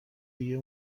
dia